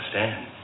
understand